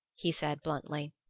he said bluntly.